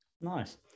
Nice